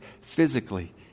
physically